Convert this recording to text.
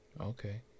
Okay